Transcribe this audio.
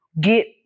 get